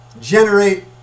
generate